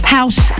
House